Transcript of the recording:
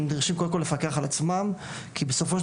הם נדרשים קודם כל לפקח על עצמם כי בסופו של